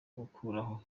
gukuraho